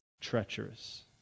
Treacherous